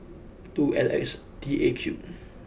two L X T A Q